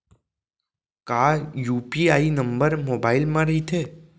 का UPI number mobile म रहिथे?